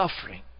suffering